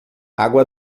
água